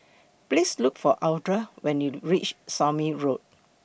Please Look For Audra when YOU REACH Somme Road